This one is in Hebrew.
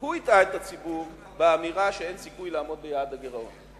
הוא הטעה את הציבור באמירה שאין סיכוי לעמוד ביעד הגירעון.